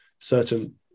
certain